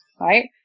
right